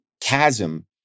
chasm